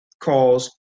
calls